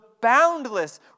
boundless